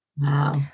Wow